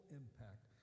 impact